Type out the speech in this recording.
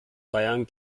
bayern